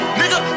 nigga